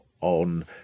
on